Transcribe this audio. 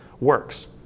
works